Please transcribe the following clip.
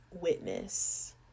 witness